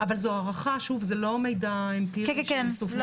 אבל זו הערכה, זה לא מידע אמפירי של איסוף נתונים.